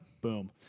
Boom